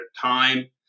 time